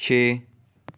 ਛੇ